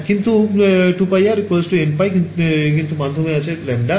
হ্যাঁ কিছু কিন্তু 2πr nλ কিন্তু মাধ্যমে আছে λ